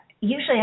usually